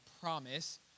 promise